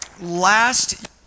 Last